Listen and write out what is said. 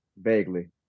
vaguely